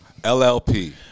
LLP